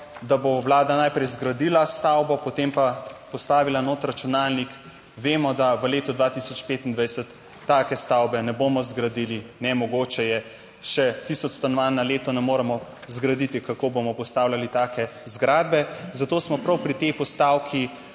da bo Vlada najprej zgradila stavbo, potem pa postavila noter računalnik, vemo, da v letu 2025 take stavbe ne bomo zgradili. Nemogoče je, še tisoč stanovanj na leto ne moremo zgraditi, kako bomo postavljali take zgradbe. Zato smo prav pri tej postavki